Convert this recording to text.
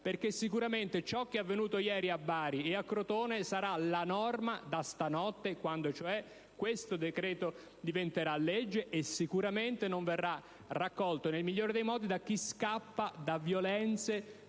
sicuramente ciò che è avvenuto ieri a Bari ed a Crotone sarà la norma, da stanotte, quando cioè questo decreto diventerà legge, perché sicuramente non verrà accolto nel migliore dei modi da chi scappa da violenze,